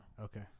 Okay